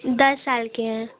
दस साल के हैं